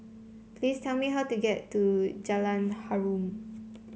please tell me how to get to Jalan Harum